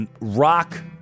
rock